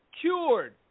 cured